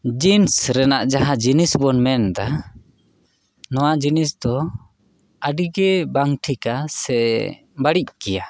jeans ᱨᱮᱱᱟᱜ ᱡᱟᱦᱟᱸ ᱡᱤᱱᱤᱥ ᱵᱚᱱ ᱢᱮᱱᱮᱫᱟ ᱱᱚᱣᱟ ᱡᱤᱱᱤᱥ ᱫᱚ ᱟᱹᱰᱤ ᱜᱮ ᱵᱟᱝ ᱴᱷᱤᱠᱟ ᱥᱮ ᱵᱟᱹᱲᱤᱡ ᱜᱮᱭᱟ